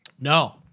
No